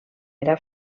era